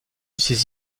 ses